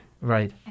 Right